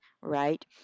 Right